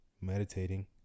meditating